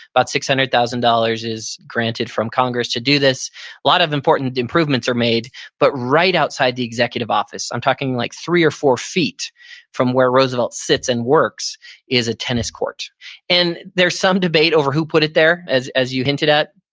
about six hundred thousand dollars is granted from congress to do this. a lot of important improvements are made but right outside of the executive office, i'm talking like three or four feet from where roosevelt sits and works is a tennis court and there's some debate over who put it there, as as you hinted at.